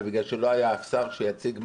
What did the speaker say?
ובגלל שלא היה שר שיציג משהו,